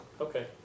Okay